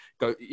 go